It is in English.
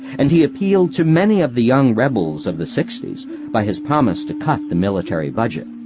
and he appealed to many of the young rebels of the sixties by his promise to cut the military budget.